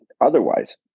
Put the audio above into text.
otherwise